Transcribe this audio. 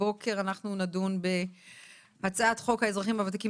הבוקר אנחנו נדון בהצעת חוק האזרחים הוותיקים